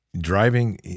driving